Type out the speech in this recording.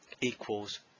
equals